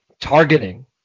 targeting